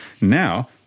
now